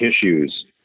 tissues